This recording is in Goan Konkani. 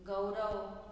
गौरव